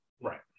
Right